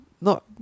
No